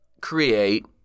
create